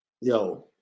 yo